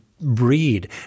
breed